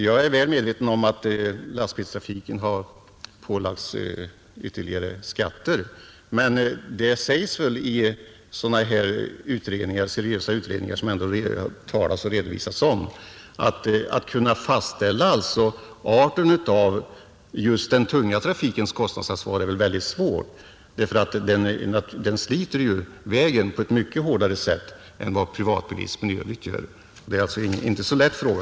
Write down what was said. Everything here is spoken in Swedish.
Jag är väl medveten om att lastbilstrafiken har pålagts ytterligare skatter, men det sägs ju i de seriösa utredningar som redovisas att det är svårt att fastställa arten av just den tunga trafikens kostnadsansvar därför att den sliter vägen mycket hårdare än vad privatbilismen i övrigt gör. Det är alltså ingen lätt fråga.